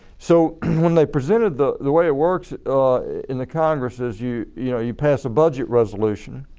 so when they presented the the way it works in the congress is you you know you pass a budget resolution